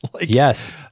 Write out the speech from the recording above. Yes